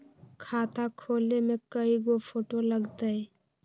खाता खोले में कइगो फ़ोटो लगतै?